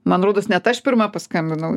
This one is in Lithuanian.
man rodos net aš pirma paskambinau